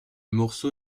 morceau